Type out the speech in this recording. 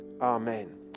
Amen